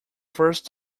first